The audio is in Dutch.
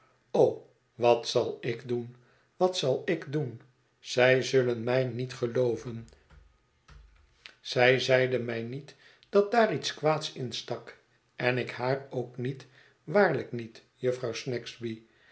o wat zal ik doen wat zal ik doen zij zullen mij niet gelooven zij zeide mij niet dat daar iets kwaads in stak en ik haar ook niet waarlijk niet jufvrouw snagsby